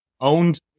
owned